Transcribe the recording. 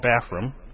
bathroom